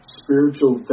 spiritual